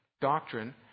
doctrine